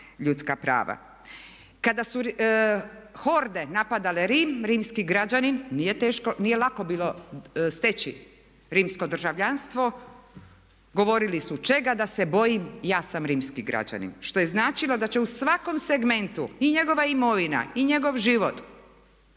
ljudska prava. Kada su horde napadale Rim, rimski građanin nije lako bilo steći rimsko državljanstvo. Govorili su čega da se bojim, ja sam rimski građanin što je značilo da će u svakom segmentu i njegova imovina i njegov život